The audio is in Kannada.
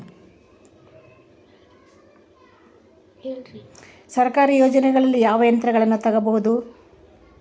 ಸರ್ಕಾರಿ ಯೋಜನೆಗಳಲ್ಲಿ ಯಾವ ಯಂತ್ರಗಳನ್ನ ತಗಬಹುದು?